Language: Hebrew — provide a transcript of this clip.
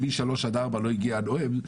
מ-03:00 עד 04:00 לא הגיע הנואם,